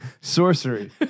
sorcery